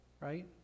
right